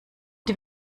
die